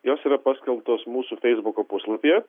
jos yra paskelbtos mūsų feisbuko puslapyje